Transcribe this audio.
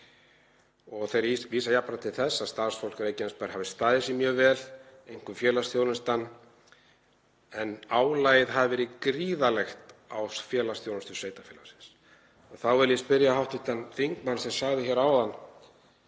Þeir vísa jafnframt til þess að starfsfólk Reykjanesbæjar hafi staðið sig mjög vel, einkum félagsþjónustan, en álagið hafi verið gríðarlegt á félagsþjónustu sveitarfélagsins. Þá vil ég spyrja hv. þingmann, sem sagði hér áðan